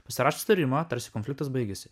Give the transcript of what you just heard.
pasirašo susitarimą tarsi konfliktas baigėsi